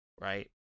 Right